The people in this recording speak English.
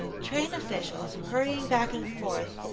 train officials, hurrying back and forth,